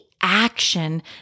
action